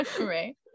right